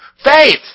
Faith